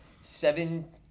seven